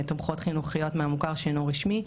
תומכות חינוכיות מהמגזר המוכר שאינו רשמי.